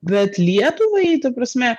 bet lietuvai ta prasme